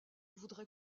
voudrais